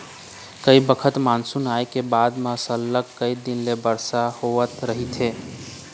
कइ बखत मानसून आए के बाद म सरलग कइ दिन ले बरसा होवत रहिथे